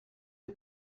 the